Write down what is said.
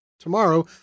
Tomorrow